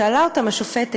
שאלה אותם השופטת,